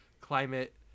climate